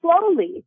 slowly